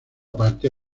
parte